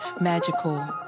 magical